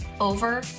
over